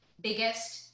biggest